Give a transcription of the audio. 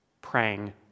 praying